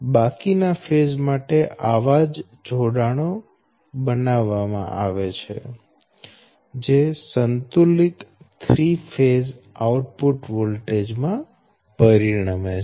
બાકીના ફેઝ માટે આવા જ જોડાણો બનાવવામાં આવે છે જે સંતુલિત થ્રી ફેઝ આઉટપુટ વોલ્ટેજ માં પરિણમે છે